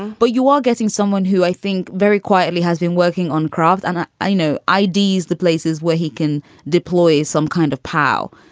but you are getting someone who i think very quietly has been working on craft. and i i know ideas, the places where he can deploy some kind of pow.